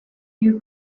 you